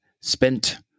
spent